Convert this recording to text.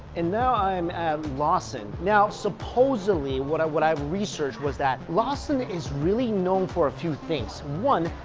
and now i'm at lawson. now supposedly what i what i've researched was that lawson is really known for a few things. one,